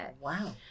wow